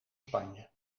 spanje